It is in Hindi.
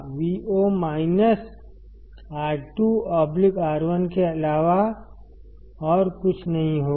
Vo माइनस R 2 R 1 के अलावा और कुछ नहीं होगा